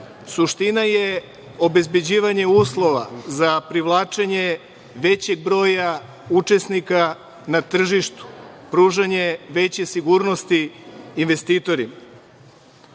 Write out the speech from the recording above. tržišta. Suština je obezbeđivanje uslova za privlačenje većeg broja učesnika na tržištu, pružanje veće sigurnosti investitorima. Komisija